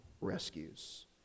rescues